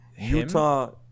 Utah